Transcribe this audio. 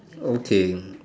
okay